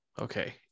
Okay